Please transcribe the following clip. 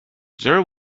there